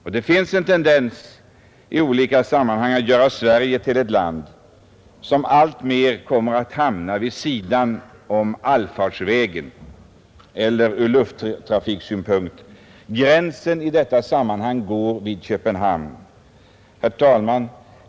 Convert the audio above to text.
Och det finns en tendens att göra Sverige till ett land som alltmer kommer att hamna vid sidan om allfarvägen. Eller ur lufttrafiksynpunkt: gränsen i detta sammanhang går vid Köpenhamn. Herr talman!